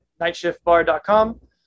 nightshiftbar.com